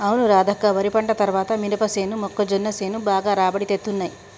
అవును రాధక్క వరి పంట తర్వాత మినపసేను మొక్కజొన్న సేను బాగా రాబడి తేత్తున్నయ్